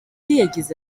yagize